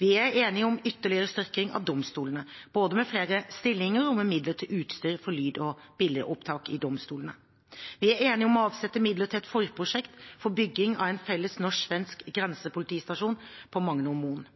Vi er enige om en ytterligere styrking av domstolene, både med flere stillinger og med midler til utstyr for lyd- og bildeopptak i domstolene. Vi er enige om å avsette midler til et forprosjekt for bygging av en felles